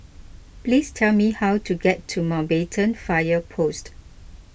please tell me how to get to Mountbatten Fire Post